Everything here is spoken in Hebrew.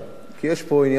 כי יש פה עניין תקציבי,